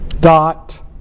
dot